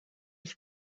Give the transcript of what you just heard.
ich